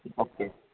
okay